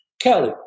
Kelly